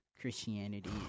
christianity